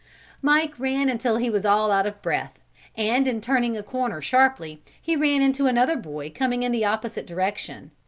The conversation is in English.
mike ran until he was all out of breath and in turning a corner sharply he ran into another boy coming in the opposite direction.